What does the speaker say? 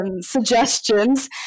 suggestions